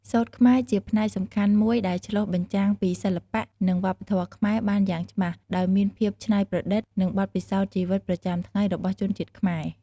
សូត្រខ្មែរ ជាផ្នែកសំខាន់មួយដែលឆ្លុះបញ្ចាំងពីសិល្បៈ និងវប្បធម៌ខ្មែរបានយ៉ាងច្បាស់ ដោយមានភាពច្នៃប្រឌិត និងបទពិសោធន៍ជីវិតប្រចាំថ្ងៃរបស់ជនជាតិខ្មែរ។